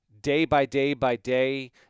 day-by-day-by-day